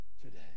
today